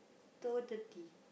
two thirty